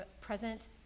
present